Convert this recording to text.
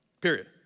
period